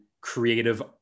creative